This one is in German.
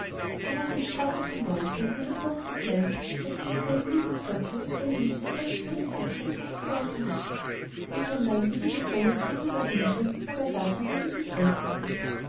da war kein strauch und kein bäumchen wenn auch noch so klein welches nicht eine blütenflocke oder ein lichtes saftgrünes blättchen aufzuweisen hatte und wenn dann die liebe sonne so drüberhin schien war der garten gar lieblich anzusehen